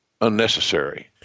unnecessary